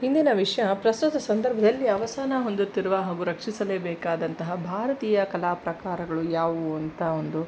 ಇಂದಿನ ವಿಷಯ ಪ್ರಸ್ತುತ ಸಂದರ್ಭದಲ್ಲಿ ಅವಸಾನ ಹೊಂದುತ್ತಿರುವ ಹಾಗೂ ರಕ್ಷಿಸಲೇಬೇಕಾದಂತಹ ಭಾರತೀಯ ಕಲಾ ಪ್ರಕಾರಗಳು ಯಾವುವು ಅಂತ ಒಂದು